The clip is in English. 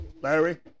Larry